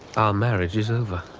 our marriage is over.